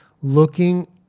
looking